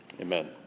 Amen